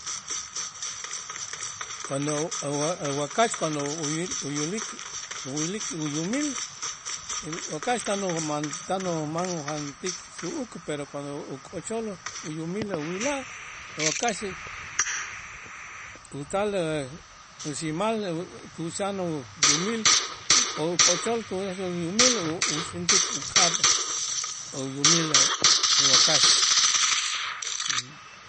Cuando a' awa- awakax cuando uyi- uyilik uwilik uyumil wakax tan uman tan uman ujantik su'uk pero cuando uk'ochol uyumil awila' a' wakaxej utal uxi'mal tu'ux tan uyumil k'o- k'ochol uyumil u- usentik uk'ab' uyumil a' wakax.